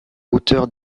hauteur